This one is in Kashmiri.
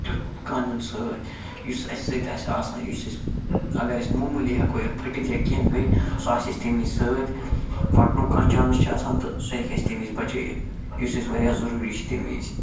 تیُتھ کانٛہہ نیُن سۭتۍ یُس اَسہِ سۭتۍ آسہِ آسان یُس أسۍ اگر أسۍ معموٗلی ہٮ۪کو یا پھٔٹِتھ یا کیٚنہہ گٔے سُہ آسہِ اَسہِ تَمہِ وِزِ سۭتۍ فَٹنُک کانٛہہ چانٕس چھِ آسان تہٕ سُہ ہیٚکہِ اَسہِ تَمہِ وِزِ بچٲیِتھ یُس اَسہِ واریاہ ضُروٗری چھِ تَمہِ وِزِ